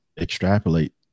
extrapolate